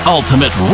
Ultimate